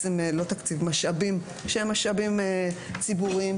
גם משאבים שהם משאבים ציבוריים,